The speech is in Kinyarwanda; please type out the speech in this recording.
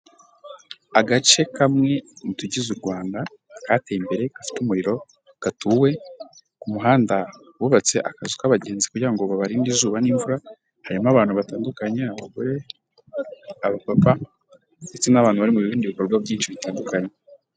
Agace kamwe mu tugize u Rwanda hateye imbere gafite umuriro gatuwe ku muhanda wubatse akazu k'abagenzi kugira ngo babarinde izuba n'imvura, hanyuma abantu batandukanye abagore, abapapa ndetse n'abantu bari mu bindi bikorwa byinshi bitandukanye.